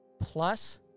plus